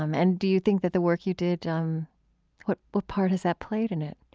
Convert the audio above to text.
um and do you think that the work you did um what what part has that played in it?